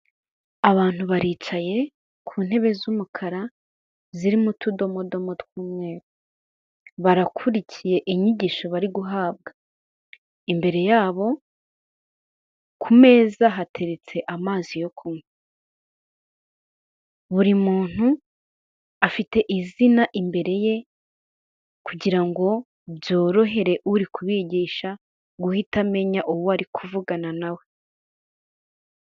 Abantu baricaye ku ntebe z'umukara zirimo utudomodomo tw'umweru, barakurikiye inyigisho bari guhabwa. Imbere yabo ku meza hateretse amazi yo kunywa, buri muntu afite izina imbere ye kugira ngo byorohere uri kubigisha guhita amenya uwo ari kuvugana nawe.